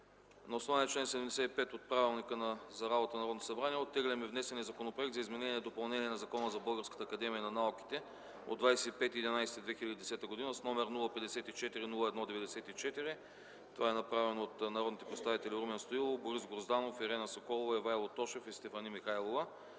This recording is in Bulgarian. На основание чл. 75 от Правилника за организацията и дейността на Народното събрание оттегляме внесения Законопроект за изменение и допълнение на Закона за Българската академия на науките от 25.11.2010 г. с № 054-01-94. Това е направено от народните представители Румен Стоилов, Борис Грозданов, Ирена Соколова, Ивайло Тошев и Стефани Михайлова.